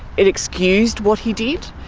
it excused what he did.